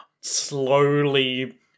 slowly